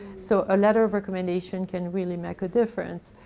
so a letter of recommendation can really make a difference.